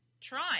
try